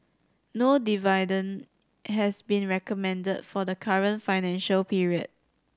no dividend has been recommended for the current financial period